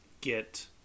get